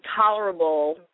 tolerable